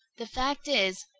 the fact is,